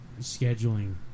scheduling